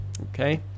okay